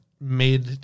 made